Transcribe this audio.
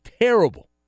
terrible